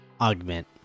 augment